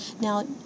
Now